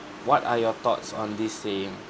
what are your thoughts on this saying